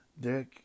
Dick